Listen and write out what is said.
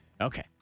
Okay